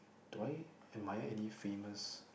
do I am I any famous